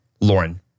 Lauren